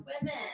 women